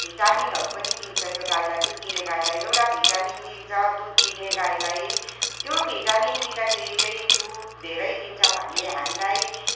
भिटामिनहरू पनि दिन्छ त्यो गाईलाई त्यो दुध दिने गाईलाई एउटा भिटामिन दिन्छ दुध दिने गाईलाई त्यो भिटामिन दिँदाखेरि चाहिँ दुध धेरै दिन्छ भन्ने हामीलाई